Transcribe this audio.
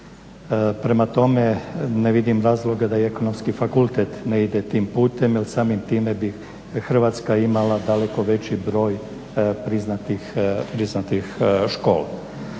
Prema tome ne vidim razloga da i Ekonomski fakultet ne ide tim putem jer samim time bi Hrvatska imala daleko veći broj priznatih škola.